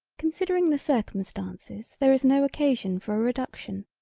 considering the circumstances there is no occasion for a reduction,